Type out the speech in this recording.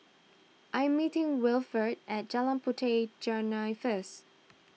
I'm meeting Wilfrid at Jalan Puteh Jerneh first